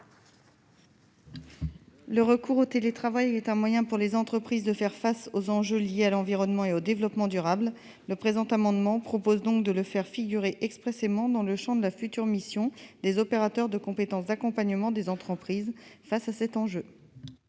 Le recours au télétravail est un moyen pour les entreprises de faire face aux enjeux liés à l'environnement et au développement durable, le présent amendement propose donc de le faire figurer expressément dans le Champ de la future mission des opérateurs de compétences, d'accompagnement des entreprises face à cet enjeu.